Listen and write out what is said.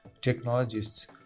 Technologists